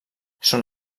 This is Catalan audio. son